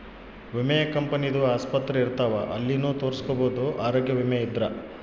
ವಿಮೆ ಕಂಪನಿ ದು ಆಸ್ಪತ್ರೆ ಇರ್ತಾವ ಅಲ್ಲಿನು ತೊರಸ್ಕೊಬೋದು ಆರೋಗ್ಯ ವಿಮೆ ಇದ್ರ